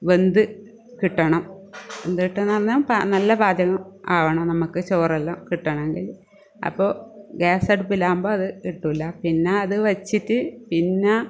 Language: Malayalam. വെന്ത് കിട്ടണം വെന്ത് കിട്ടണമെന്നു പറഞ്ഞാൽ നല്ല പാചകം ആവണം നമ്മൾക്ക് ചോറെല്ലാം കിട്ടണമെങ്കിൽ അപ്പോൾ ഗ്യാസടുപ്പിലാകുമ്പോൾ അതു കിട്ടില്ല പിന്നെ അത് വച്ചിട്ട് പിന്നെ